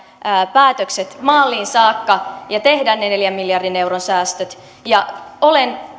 päätökset maaliin saakka ja tehdä ne neljän miljardin euron säästöt ja